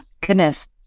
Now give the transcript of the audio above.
goodness